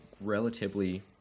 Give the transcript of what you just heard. relatively